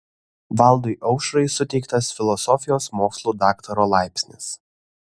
valdui aušrai suteiktas filosofijos mokslų daktaro laipsnis